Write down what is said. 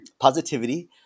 Positivity